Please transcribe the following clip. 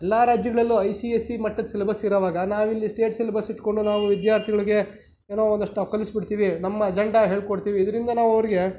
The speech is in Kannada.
ಎಲ್ಲ ರಾಜ್ಯಗಳಲ್ಲೂ ಐ ಸಿ ಐ ಸಿ ಮಟ್ಟದ ಸಿಲೇಬಸ್ ಇರೋವಾಗ ನಾವಿಲ್ಲಿ ಸ್ಟೇಟ್ ಸಿಲೇಬಸ್ ಇಟ್ಕೊಂಡು ನಾವು ವಿದ್ಯಾರ್ಥಿಗಳಿಗೆ ಏನೋ ಒಂದಿಷ್ಟು ಕಲಿಸಿ ಬಿಡ್ತೀವಿ ನಮ್ಮ ಅಜೆಂಡಾ ಹೇಳ್ಕೊಡ್ತೀವಿ ಇದರಿಂದ ನಾವು ಅವರಿಗೆ